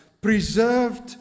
preserved